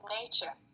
nature